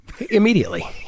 Immediately